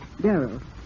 Daryl